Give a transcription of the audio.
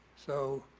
so,